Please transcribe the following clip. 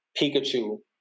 Pikachu